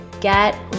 get